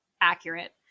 accurate